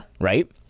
Right